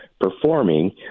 performing